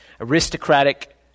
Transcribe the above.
aristocratic